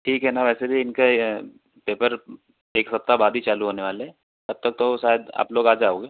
ठीक है न वैसे भी इनका पेपर एक हफ़्ता बाद ही चालू होने वाले है तब तक तो शायद आप लोग आ जाओगे